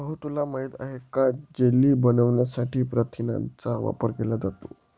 भाऊ तुला माहित आहे का जेली बनवण्यासाठी प्रथिनांचा वापर केला जातो